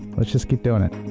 let's just keep doing it,